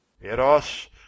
Eros